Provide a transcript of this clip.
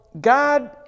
God